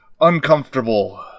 uncomfortable